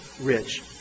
rich